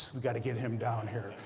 we've got to get him down here.